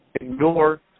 ignore